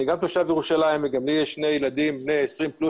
גם אני תושב ירושלים וגם לי יש שני ילדים בני 20 פלוס